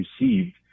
received